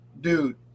dude